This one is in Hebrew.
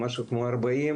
משהו כמו 40,